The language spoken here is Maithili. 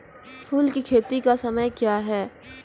फुल की खेती का समय क्या हैं?